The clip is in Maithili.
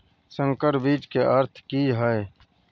संकर बीज के अर्थ की हैय?